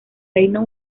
reino